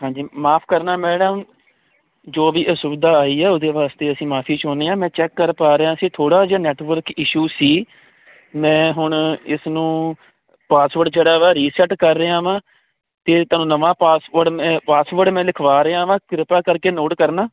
ਹਾਂਜੀ ਮਾਫ ਕਰਨਾ ਮੈਡਮ ਜੋ ਵੀ ਸੁਵਿਧਾ ਆਈ ਹੈ ਉਹਦੇ ਵਾਸਤੇ ਅਸੀਂ ਮਾਫੀ ਚਾਹੁੰਦੇ ਆ ਮੈਂ ਚੈੱਕ ਪਾ ਰਿਹਾ ਸੀ ਥੋੜਾ ਜਿਹਾ ਨੈਟਵਰਕ ਇਸ਼ੂ ਸੀ ਮੈਂ ਹੁਣ ਇਸਨੂੰ ਪਾਸਵਰਡ ਜਿਹੜਾ ਵੀ ਰੀਸੈਟ ਕਰ ਰਿਹਾ ਵਾਂ ਤੇ ਤਾਨੂੰ ਨਵਾਂ ਪਾਸਵਰਡ ਮੈਂ ਲਿਖਵਾ ਰਿਹਾ ਵਾਂ ਕਿਰਪਾ ਕਰਕੇ ਨੋਟ ਕਰਨਾ